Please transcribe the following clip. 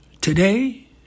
Today